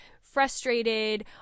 frustrated